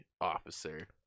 officer